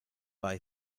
buy